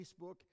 Facebook